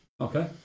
Okay